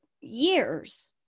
years